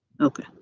Okay